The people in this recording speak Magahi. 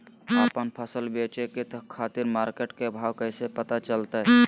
आपन फसल बेचे के खातिर मार्केट के भाव कैसे पता चलतय?